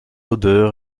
odeur